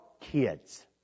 kids